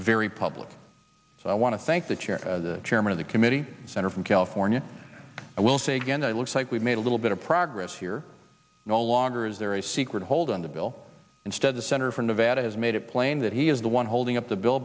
very public so i want to thank the chair the chairman of the committee senator from california i will say again i looks like we've made a little bit of progress here no longer is there a secret hold on the bill instead the senator from nevada has made it plain that he is the one holding up the bill